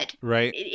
right